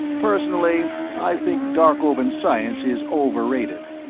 personally i think darkovan science is over-rated.